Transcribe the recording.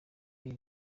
iyi